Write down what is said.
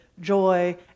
joy